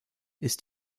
ist